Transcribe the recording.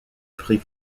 prix